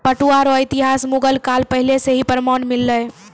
पटुआ रो इतिहास मुगल काल पहले से ही प्रमान मिललै